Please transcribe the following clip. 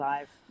Live